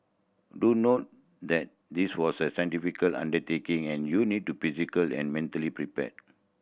do note that this walk is a significant undertaking and you need to physical and mentally prepared